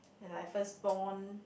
he like first born